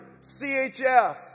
CHF